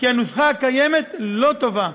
כי הנוסחה הקיימת לא טובה.